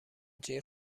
جیغ